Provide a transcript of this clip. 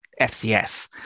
FCS